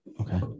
Okay